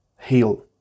heal